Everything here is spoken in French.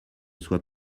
soit